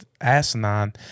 asinine